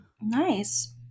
nice